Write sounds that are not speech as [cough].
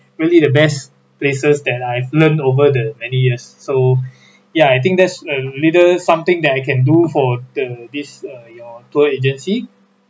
really the best places that I've learned over the many years so [breath] yeah I think there's a little something that I can do for the this uh your tour agency